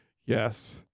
Yes